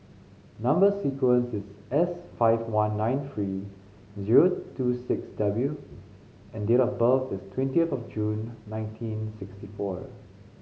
number sequence is S five one nine three zero two six W and date of birth is twenty of June nineteen sixty four